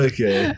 Okay